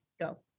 Go